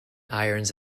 irons